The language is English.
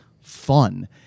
fun